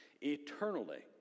eternally